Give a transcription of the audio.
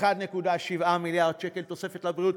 1.7 מיליארד שקל תוספת לבריאות.